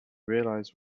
realize